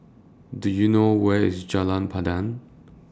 Do YOU know Where IS Jalan Pandan